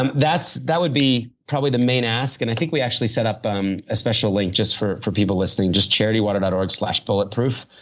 um that would be probably the main ask and i think we actually set up um a special link just for for people listening. just charitywater dot org slash bulletproof,